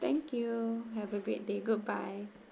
thank you have a great day goodbye